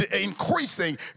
increasing